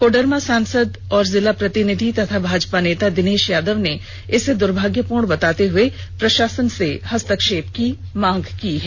इधर कोडरमा सांसद के जिला प्रतिनिधि व भाजपा नेता दिनेश यादव ने इसे दुर्भाग्यपूर्ण करार देते हुए प्रषासन से हस्तक्षेप करने की मांग की है